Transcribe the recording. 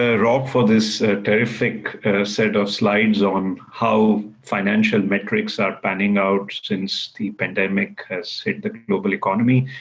ah rob, for this terrific set of slides on how financial metrics are panning out since the pandemic has hit the global economy.